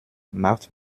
macht